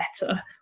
better